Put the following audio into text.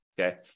Okay